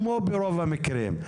כמו ברוב המקרים.